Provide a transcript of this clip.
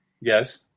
Yes